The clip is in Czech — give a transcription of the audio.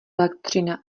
elektřina